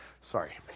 Sorry